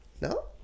No